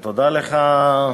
ותודה לך,